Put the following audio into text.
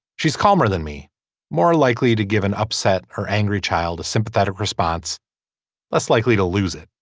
she's calmer than me more likely to give an upset or angry child a sympathetic response less likely to lose it.